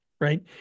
right